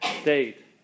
state